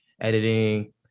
editing